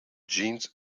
jeans